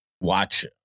watch